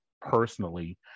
personally